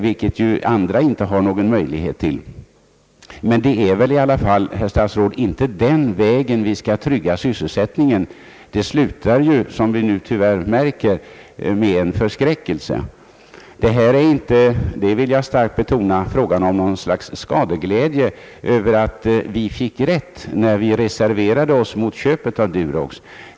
Men det har ju privata företag inte någon möjlighet till, och det är väl i alla fall, herr statsråd, inte den vägen vi skall trygga sysselsättningen! Det slutar ju, som vi nu tyvärr märker, med förskräckelse. Jag vill starkt betona att det inte är fråga om något slags skadeglädje över att vi fick rätt, när vi reserverade oss mot köpet av Durox.